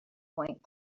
point